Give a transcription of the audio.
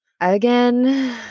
again